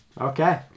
Okay